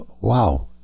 Wow